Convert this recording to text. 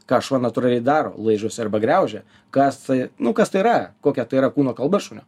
ką šuo natūraliai daro laižosi arba griaužia kasa nu kas tai yra kokia tai yra kūno kalba šunio